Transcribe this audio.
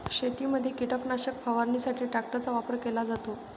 शेतीमध्ये कीटकनाशक फवारणीसाठी ट्रॅक्टरचा वापर केला जातो